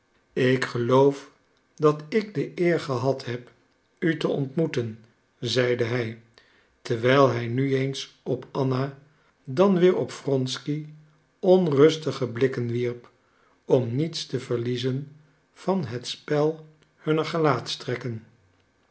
ik geloof dat ik de eer gehad heb u te ontmoeten zeide hij terwijl hij nu eens op anna dan weer op wronsky onrustige blikken wierp om niets te verliezen van het spel hunner